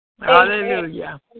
Hallelujah